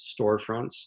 storefronts